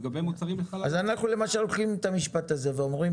אז אנחנו למשל לוקחים את המשפט הזה ואומרים